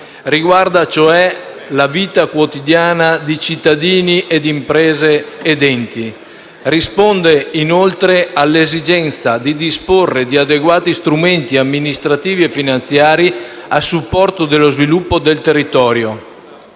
Riguarda cioè la vita quotidiana di cittadini, imprese ed enti. Risponde inoltre all'esigenza di disporre di adeguati strumenti amministrativi e finanziari a supporto dello sviluppo del territorio.